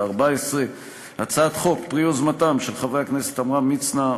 התשע"ד 2014. הצעת החוק היא פרי יוזמתם של חברי הכנסת עמרם מצנע,